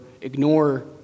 ignore